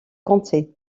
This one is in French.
compter